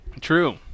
True